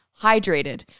hydrated